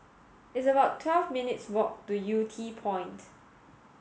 it's about twelve minutes' walk to Yew Tee Point